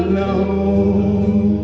know who